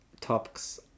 topics